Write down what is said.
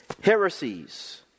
heresies